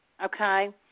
Okay